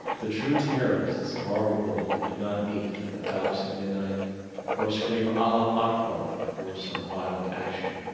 the true terrorists of our world, do not meet at the darks at midnight or scream allah akbar before some violent action.